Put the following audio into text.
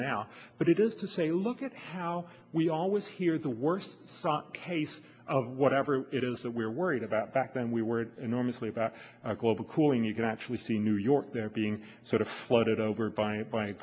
now but it is to say look at how we always hear the worst case of whatever it is that we're worried about back then we were enormously about global cooling you can actually see new york there being sort of flooded over by by